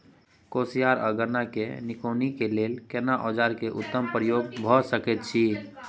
कोसयार आ गन्ना के निकौनी के लेल केना औजार के उत्तम प्रयोग भ सकेत अछि?